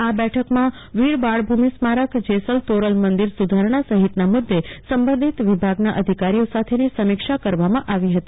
આ બેઠકમાં વીરબાળ ભૂ મિ સ્મારક જેસલ તોરલ મંદિર સુ ધારણા સહિતના મુદ્દે સંબંધિત વિભાગના અધિકારીઓ સાથેની સમીક્ષા કરવામાં આવી હતી